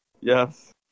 Yes